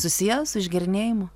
susiję su išgėrinėjimu